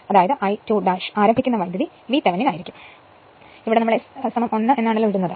അതിനാൽ I2 ആരംഭിക്കുന്ന വൈദ്യുതി VThevenin ആയിരിക്കും ഇവിടെ നമ്മൾ S 1 ഇടുന്നു